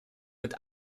mit